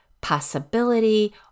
possibility